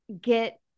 get